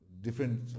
different